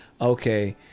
okay